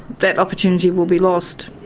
that opportunity will be lost.